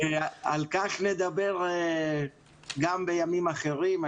על כך נדבר גם בימים אחרים.